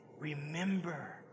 Remember